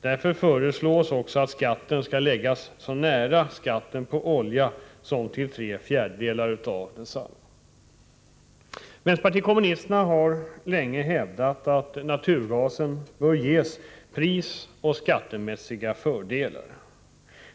Därför föreslås också att skatten på denna skall läggas så nära skatten på olja att den kommer att utgöra tre fjärdedelar av densamma. Vänsterpartiet kommunisterna har länge hävdat att naturgasen bör ges prisoch skattemässiga fördelar.